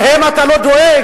להם אתה לא דואג?